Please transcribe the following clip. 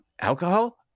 Alcohol